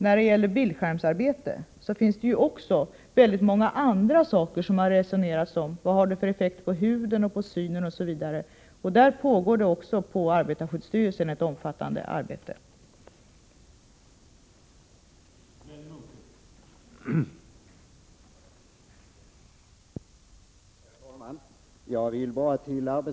När det gäller bildskärmsarbete finns det också väldigt många andra saker som det har resonerats om. Vad har det för effekter på huden, synen osv.? Det pågår på arbetarskyddsstyrelsen ett omfattande arbete även på dessa områden.